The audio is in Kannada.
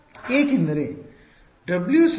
ಏಕೆಂದರೆ W ಸ್ವತಃ ಅದರ ಹೊರಗಡೆ 0 ಆಗಿದೆ